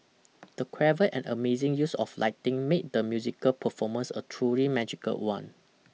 the clever and amazing use of lighting made the musical performance a truly magical one